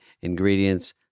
ingredients